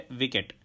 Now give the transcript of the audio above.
wicket